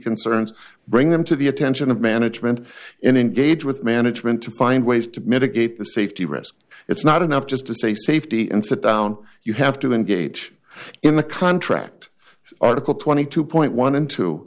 concerns bring them to the attention of management and engage with management to find ways to mitigate the safety risk it's not enough just to say safety and sit down you have to engage in the contract article twenty two point